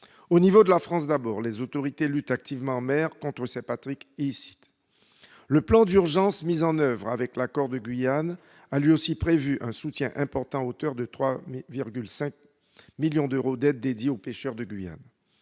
Au niveau de la France, d'abord, les autorités luttent activement en mer contre ces pratiques illicites. Le plan d'urgence mis en oeuvre avec l'accord de Guyane a, lui aussi, prévu un soutien important à hauteur de 3,5 millions d'euros d'aides dédiées aux pêcheurs de Guyane.